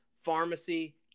pharmacy